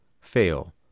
fail